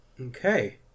okay